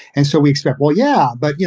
and so we expect. well, yeah, but, you